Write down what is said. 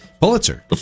pulitzer